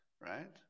right